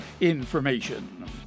information